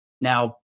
Now